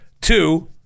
two